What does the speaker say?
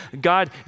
God